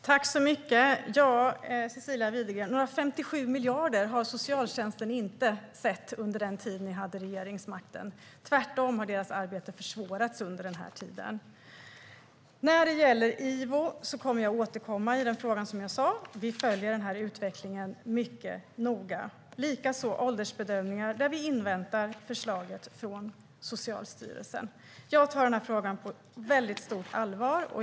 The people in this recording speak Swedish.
Fru ålderspresident! Några 57 miljarder såg inte socialtjänsten till under den tid då ni hade regeringsmakten, Cecilia Widegren. Tvärtom försvårades deras arbete under den här tiden. När det gäller Ivo kommer jag att återkomma, som jag sa. Vi följer utvecklingen mycket noga. Detsamma gäller åldersbedömningar, där vi inväntar förslaget från Socialstyrelsen. Jag tar den här frågan på väldigt stort allvar.